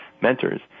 mentors